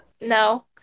no